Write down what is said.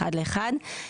אחד-לאחד.